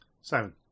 Simon